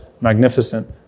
magnificent